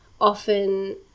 often